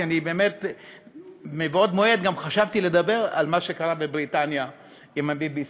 כי מבעוד מועד גם אני חשבתי לדבר על מה שקרה בבריטניה עם ה-BBC.